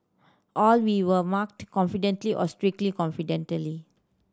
all we were marked or strictly